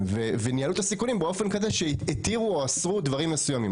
וניהלו את הסיכונים כך שהתירו או אסרו דברים מסוימים.